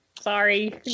Sorry